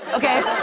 okay?